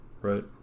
right